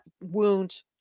wound